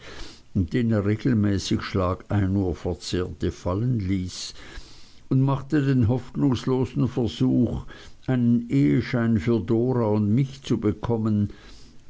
den er regelmäßig schlag ein uhr verzehrte fallen ließ und machte den hoffnungslosen versuch einen eheschein für dora und mich zu bekommen